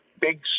big